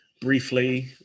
briefly